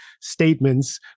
statements